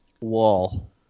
Wall